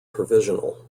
provisional